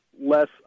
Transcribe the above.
less